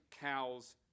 cows